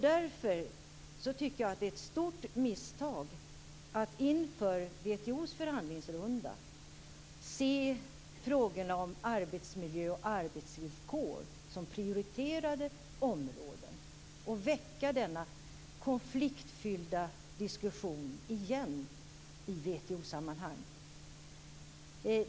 Därför tycker jag att det är ett stort misstag att inför WTO:s förhandlingsrunda se frågorna om arbetsmiljö och arbetsvillkor som prioriterade områden och väcka denna konfliktfyllda diskussion igen i WTO sammanhang.